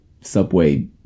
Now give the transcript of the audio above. Subway